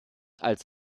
als